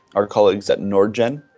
our colleagues at nordgen,